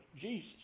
Jesus